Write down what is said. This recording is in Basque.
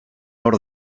hor